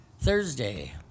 Thursday